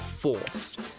forced